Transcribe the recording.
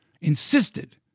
insisted